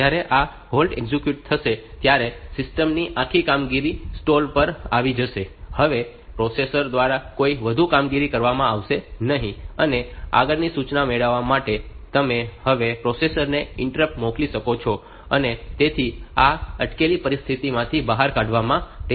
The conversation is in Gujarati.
જ્યારે આ હોલ્ટ એક્ઝિક્યુટ થશે ત્યારે સિસ્ટમ ની આખી કામગીરી સ્ટોલ પર આવી જશે હવે પ્રોસેસર દ્વારા કોઈ વધુ કામગીરી કરવામાં આવશે નહીં અને આગળની સૂચના મેળવવા માટે તમે હવે પ્રોસેસરને ઇન્ટરપ્ટ્સ મોકલી શકો છો અને તેને આ અટકેલી પરિસ્થિતિમાંથી બહાર કાઢવા માટે હોય છે